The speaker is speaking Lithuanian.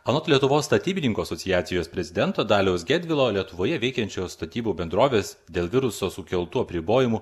anot lietuvos statybininkų asociacijos prezidento daliaus gedvilo lietuvoje veikiančios statybų bendrovės dėl viruso sukeltų apribojimų